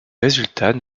résultats